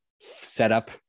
setup